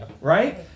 right